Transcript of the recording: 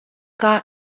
car